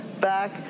back